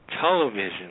television